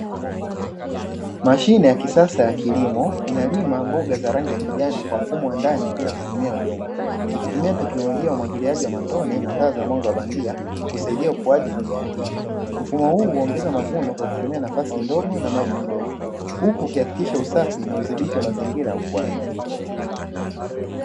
Mashine ya kisasa ya kilimo inalima mboga za rangi ya kijani kwa mfumo wa ndani bila kutumia udongo ikitumia teknolojia ya umwagiliaji wa matone na taa za rangi ya bandia kusaidia ukuaji wa mimea hii. Mfumo huu huongeza mavuno kwa kutumia nafasi ndogo na maji kidogo huku ukihakikisha usafi na udhibiti wa mazingira ya ukuaji.